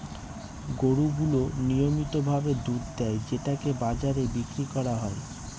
গরু গুলো নিয়মিত ভাবে দুধ দেয় যেটাকে বাজারে বিক্রি করা হয়